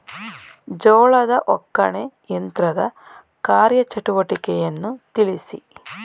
ಜೋಳದ ಒಕ್ಕಣೆ ಯಂತ್ರದ ಕಾರ್ಯ ಚಟುವಟಿಕೆಯನ್ನು ತಿಳಿಸಿ?